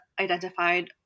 identified